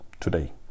today